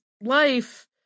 life